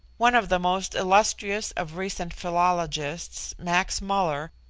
one of the most illustrious of recent philologists, max muller,